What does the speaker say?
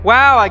Wow